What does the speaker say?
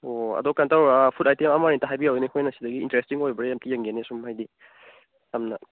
ꯑꯣ ꯑꯗꯣ ꯀꯩꯅꯣ ꯇꯧꯔꯣ ꯐꯨꯠ ꯑꯥꯏꯇꯦꯝ ꯑꯃ ꯑꯅꯤꯇ ꯍꯥꯏꯕꯤꯌꯣꯅꯦ ꯑꯩꯈꯣꯏꯅ ꯁꯤꯗꯒꯤ ꯏꯟꯇꯔꯦꯁꯇꯤꯡ ꯑꯣꯏꯕ꯭ꯔꯥꯅ ꯑꯝꯇ ꯌꯦꯡꯒꯦꯅꯦ ꯁꯨꯝ ꯍꯥꯏꯗꯤ ꯆꯝꯅ